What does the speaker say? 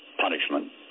Punishment